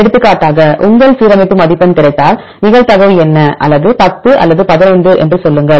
எடுத்துக்காட்டாக உங்கள் சீரமைப்பு மதிப்பெண் கிடைத்தால் நிகழ்தகவு என்ன அல்லது 10 அல்லது 15 என்று சொல்லுங்கள்